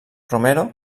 romero